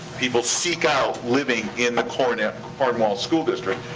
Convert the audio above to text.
people seek out living in the cornwall cornwall school district,